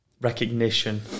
recognition